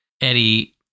Eddie